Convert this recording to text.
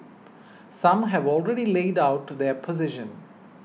some have already laid out to their position